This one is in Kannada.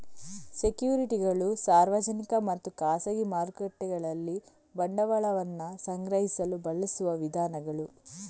ಸೆಕ್ಯುರಿಟಿಗಳು ಸಾರ್ವಜನಿಕ ಮತ್ತು ಖಾಸಗಿ ಮಾರುಕಟ್ಟೆಗಳಲ್ಲಿ ಬಂಡವಾಳವನ್ನ ಸಂಗ್ರಹಿಸಲು ಬಳಸುವ ವಿಧಾನಗಳು